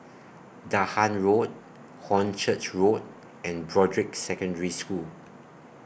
Dahan Road Hornchurch Road and Broadrick Secondary School